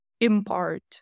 impart